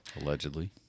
Allegedly